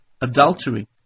adultery